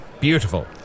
beautiful